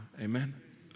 Amen